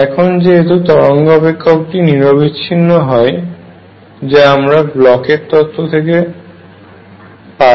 এখন যেহেতু তরঙ্গ অপেক্ষকটি নিরবিচ্ছিন্ন হয় যা আমরা ব্লকের তত্ত্বBlochs theorem থেকে পাই